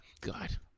God